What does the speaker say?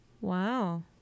Wow